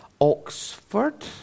Oxford